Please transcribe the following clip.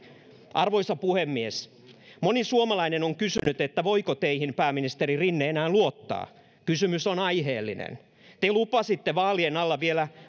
arvoisa puhemies moni suomalainen on kysynyt voiko teihin pääministeri rinne enää luottaa kysymys on aiheellinen te lupasitte vaalien alla vielä